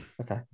Okay